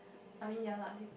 I mean ya lah they